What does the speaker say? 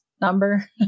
number